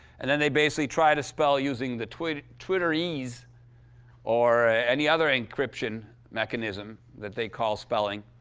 and then they basically try to spell using the twitterese twitterese or any other encryption mechanism that they call spelling.